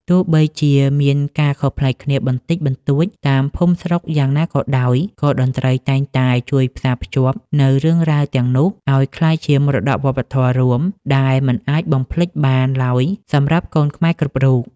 ទោះបីជាមានការខុសប្លែកគ្នាបន្តិចបន្តួចតាមភូមិស្រុកយ៉ាងណាក៏ដោយ ក៏តន្ត្រីតែងតែជួយផ្សារភ្ជាប់នូវរឿងរ៉ាវទាំងនោះឱ្យក្លាយជាមរតកវប្បធម៌រួម ដែលមិនអាចបំភ្លេចបានឡើយសម្រាប់កូនខ្មែរគ្រប់រូប។